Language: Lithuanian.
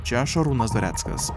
čia šarūnas zareckas